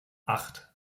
acht